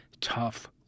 tough